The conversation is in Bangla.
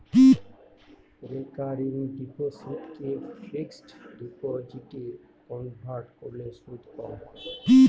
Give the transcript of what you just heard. রেকারিং ডিপোসিটকে ফিক্সড ডিপোজিটে কনভার্ট করলে সুদ কম হয়